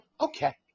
Okay